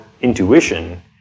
intuition